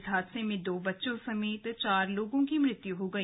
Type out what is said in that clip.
इस हादसे में दो बच्चों समेत चार लोगों की मृत्यु हो गई